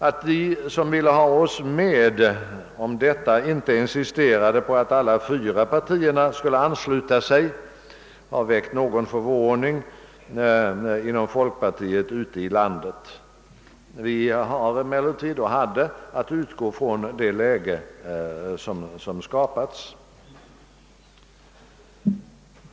Att de som ville ha oss med om detta inte insisterade på att alla fyra partierna skulle ansluta sig, har väckt någon förvåning inom folkpartiet ute i landet. Vi hade och har emellertid att utgå från det läge som skapats.